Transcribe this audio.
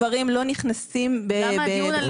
חלק מהדברים לא נכנסים לחקיקה, כי הם בטיפול.